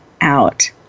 out